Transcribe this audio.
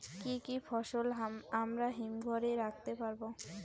কি কি ফসল আমরা হিমঘর এ রাখতে পারব?